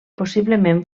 possiblement